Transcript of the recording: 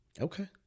Okay